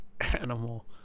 animal